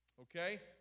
Okay